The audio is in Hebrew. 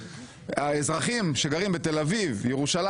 האזרחים שגרים בירושלים,